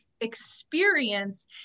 experience